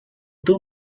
two